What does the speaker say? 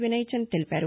వినయ్ చంద్ తెలిపారు